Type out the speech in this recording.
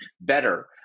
better